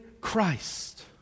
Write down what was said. Christ